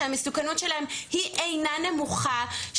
שהמסוכנות שלהם היא אינה נמוכה,